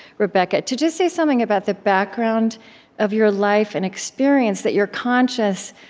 rebecca, to just say something about the background of your life and experience that you're conscious